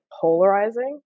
polarizing